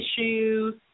issues